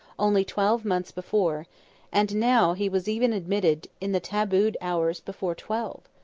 only twelve months before and now he was even admitted in the tabooed hours before twelve.